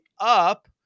up